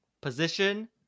Position